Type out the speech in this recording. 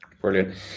Brilliant